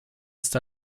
ist